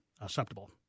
acceptable